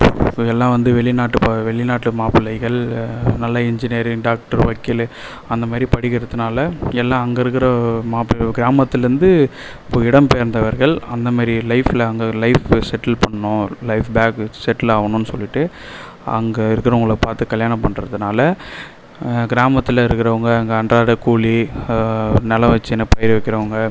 இப்போ எல்லா வந்து வெளிநாட்டு ப வெளிநாட்டு மாப்பிளைகள் நல்ல இன்ஜினியரிங் டாக்ட்ரு வக்கிலு அந்த மேரி படிக்கறதுனால எல்லா அங்கே இருக்கிற மாப்பிளையோ கிராமத்துலந்து இப்போ இடம்பெயந்தவர்கள் அந்த மேரி லைஃப்பில் அங்கே லைஃப் செட்டில் பண்ணும் லைஃப் பாக் செட்டில் ஆகணுனு சொல்லிவிட்டு அங்கே இருக்குறவங்களை பார்த்து கல்யாணம் பண்ணுறதுனால கிராமத்தில் இருக்குறவங்க அங்கே அன்றாட கூலி நிலோ வச்சினு பயிர் வைக்கிறோவங்க